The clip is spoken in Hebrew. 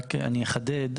אני רק אחדד,